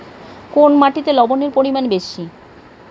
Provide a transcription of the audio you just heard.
কোন মাটিতে লবণের পরিমাণ বেশি?